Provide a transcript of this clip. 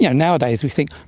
yeah nowadays we think,